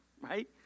right